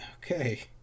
Okay